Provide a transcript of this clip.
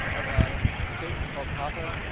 ah in the states, it's called coppa,